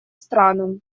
странам